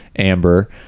Amber